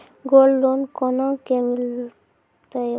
Gold loan कोना के मिलते यो?